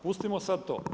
Pustimo sad to.